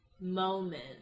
moment